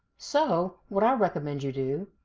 so what i recommend you do